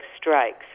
strikes